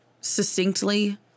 Succinctly